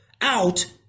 out